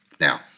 now